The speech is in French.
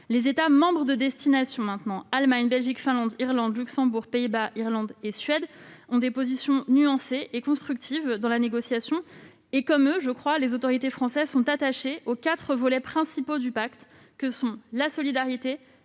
Les États membres de destination que sont l'Allemagne, la Belgique, la Finlande, l'Irlande, le Luxembourg, les Pays-Bas, l'Irlande et la Suède ont des positions nuancées et constructives dans la négociation. Comme eux, je le crois, les autorités françaises sont attachées aux quatre volets principaux du pacte que sont la solidarité,